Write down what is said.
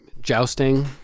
jousting